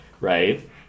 right